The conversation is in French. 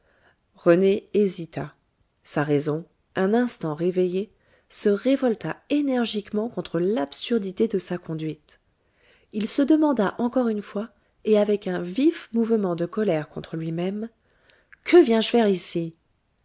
rené hésita sa raison un instant réveillée se révolta énergiquement contre l'absurdité de sa conduite il se demanda encore une fois et avec un vif mouvement de colère contre lui-même que viens-je faire ici